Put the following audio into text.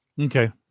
okay